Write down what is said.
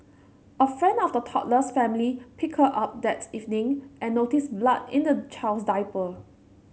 a friend of the toddler's family picked her up that evening and noticed blood in the child's diaper